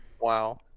Wow